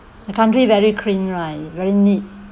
the country very clean right very neat